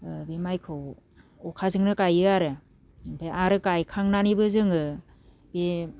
ओ बे माइखौ अखाजोंनो गायो आरो ओमफ्राय गायखांनानैबो जोङो बे